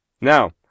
now